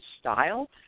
style